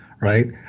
right